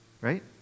right